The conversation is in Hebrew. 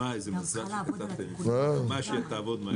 שמע, איזה מזל שכתבתם שהיא תעבוד מהר.